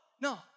No